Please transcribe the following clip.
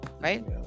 right